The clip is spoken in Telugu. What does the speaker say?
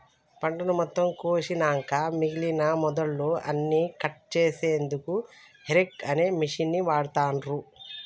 పంటను మొత్తం కోషినంక మిగినన మొదళ్ళు అన్నికట్ చేశెన్దుకు హేరేక్ అనే మిషిన్ని వాడుతాన్రు